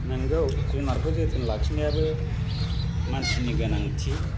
नोंगौ जुनारखौ जोथोन लाखिनायाबो मानसिनि गोनांथि